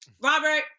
Robert